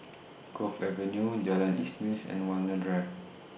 Cove Avenue Jalan Isnin's and Walmer Drive